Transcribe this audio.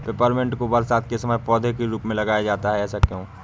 Peppermint को बरसात के समय पौधे के रूप में लगाया जाता है ऐसा क्यो?